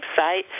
website